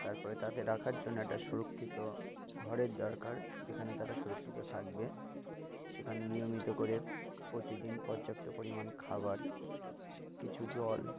তারপরে তাকে রাখার জন্য একটা সুরক্ষিত ঘরের দরকার যেখানে তারা সুরক্ষিত থাকবে সেখানে নিয়মিত করে প্রতিদিন পর্যাপ্ত পরিমাণ খাবার কিছু জল